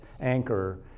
anchor